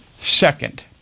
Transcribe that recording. Second